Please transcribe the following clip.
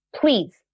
Please